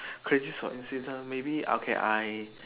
crazy coincident maybe okay I